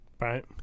right